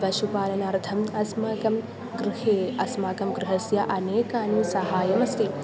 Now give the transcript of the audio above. पशुपालनार्थम् अस्माकं गृहे अस्माकं गृहस्य अनेकानि सहायमस्ति